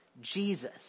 Jesus